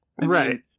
right